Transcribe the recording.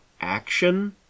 action